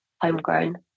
homegrown